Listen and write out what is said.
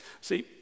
see